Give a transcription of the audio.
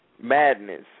Madness